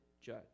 judge